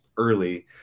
early